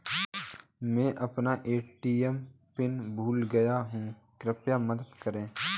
मैं अपना ATM PIN भूल गया हूँ, कृपया मदद करें